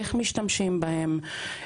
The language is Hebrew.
איך משתמשים בהם,